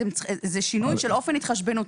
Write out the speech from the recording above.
זה שינוי של אופן התחשבנות.